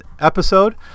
episode